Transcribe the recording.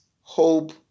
hope